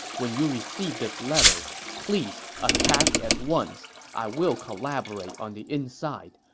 when you receive this letter, please attack at once. i will collaborate on the inside.